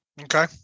Okay